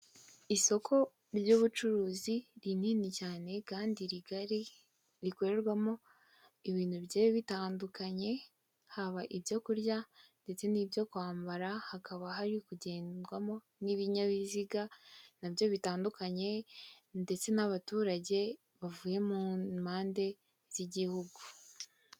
Isoko ry'ubucuruzi rinini cyane kandi rigari rikorerwamo ibintu bigiye, bitandukanye hakaba hari ibyo kurya ndetse n'ibyo kwambara, hakaba hari kugendwamo n'ibinyabiziga, nabyo bitandukanye, ndetse n'abaturage bavuye mu mpande z'igihugu.